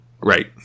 Right